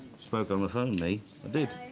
spoken on the phone, me. i did.